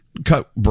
Cut